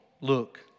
look